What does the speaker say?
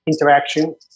interaction